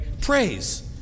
praise